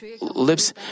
lips